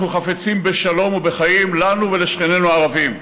אנחנו חפצים בשלום ובחיים, לנו ולשכנינו הערבים.